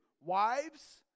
wives